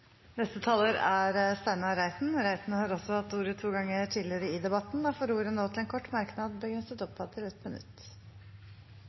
Steinar Reiten har hatt ordet to ganger tidligere og får ordet til en kort merknad, begrenset